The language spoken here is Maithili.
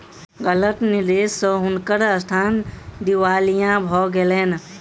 गलत निवेश स हुनकर संस्थान दिवालिया भ गेलैन